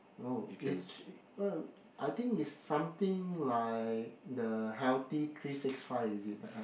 oh is oh I think is something like the healthy three six five is it the app